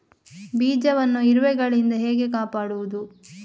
ಬೀಜವನ್ನು ಇರುವೆಗಳಿಂದ ಹೇಗೆ ಕಾಪಾಡುವುದು?